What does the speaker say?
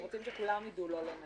רוצים שכולם יידעו.